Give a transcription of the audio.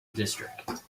district